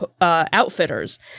Outfitters